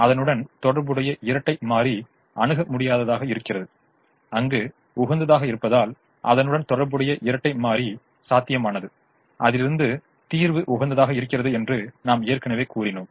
அதனுடன் தொடர்புடைய இரட்டை மாறி அணுக முடியாததாக இருக்கிறது அங்கு உகந்ததாக இருப்பதால் அதனுடன் தொடர்புடைய இரட்டை மாறி சாத்தியமானது அதிலிருந்து தீர்வு உகந்ததாக இருக்கிறது என்று நாம் ஏற்கனவே கூறினோம்